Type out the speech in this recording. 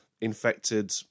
infected